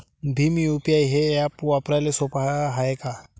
Bhim UPI हे app वापराले सोपे हाय का?